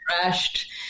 crashed